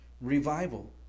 revival